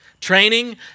Training